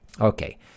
Okay